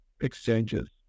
exchanges